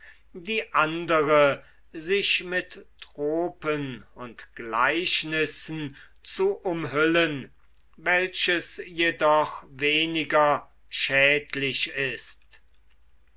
die andere sich mit tropen und gleichnissen zu umhüllen welches jedoch weniger schädlich ist